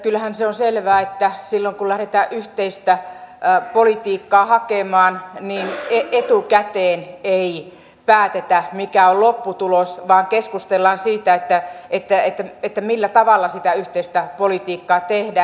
kyllähän se on selvää että silloin kun lähdetään yhteistä politiikkaa hakemaan etukäteen ei päätetä mikä on lopputulos vaan keskustellaan siitä millä tavalla sitä yhteistä politiikkaa tehdään